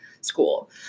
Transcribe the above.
school